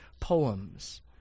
poems